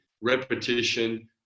repetition